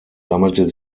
sammelte